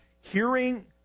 hearing